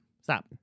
Stop